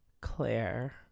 Claire